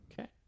Okay